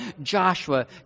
Joshua